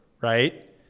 right